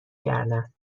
کردن